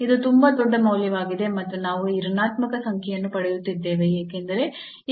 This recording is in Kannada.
ಇದು ತುಂಬಾ ದೊಡ್ಡ ಮೌಲ್ಯವಾಗಿದೆ ಮತ್ತು ನಾವು ಈ ಋಣಾತ್ಮಕ ಸಂಖ್ಯೆಯನ್ನು ಪಡೆಯುತ್ತಿದ್ದೇವೆ ಏಕೆಂದರೆ ಇವುಗಳು ಈ h 0